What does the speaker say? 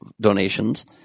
donations